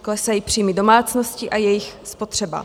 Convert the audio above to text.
Klesají příjmy domácností a jejich spotřeba.